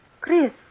Chris